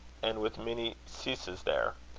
and with many ceases there.